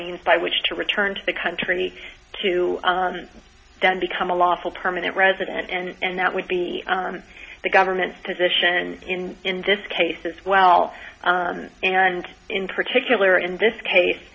means by which to return to the country to then become a lawful permanent resident and that would be the government's position in in this case as well and in particular in this case